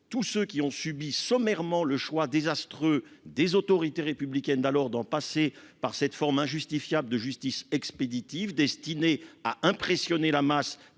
tous ceux qui ont subi sommairement le choix désastreux des autorités. D'alors d'en passer par cette forme injustifiable de justice expéditive destinée à impressionner la masse